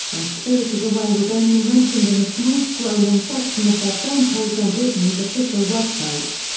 and spirited away was only mentioned in a small scrolling section of their film page on disney's official website.